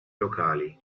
locali